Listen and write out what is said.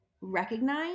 recognize